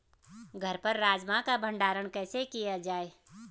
घर पर राजमा का भण्डारण कैसे किया जाय?